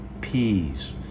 peas